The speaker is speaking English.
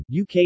UK